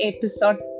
Episode